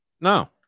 No